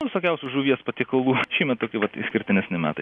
visokiausių žuvies patiekalų šiemet tokie vat išskirtinesni metai